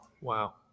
wow